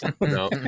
No